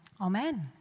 Amen